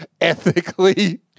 ethically